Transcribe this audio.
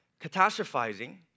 catastrophizing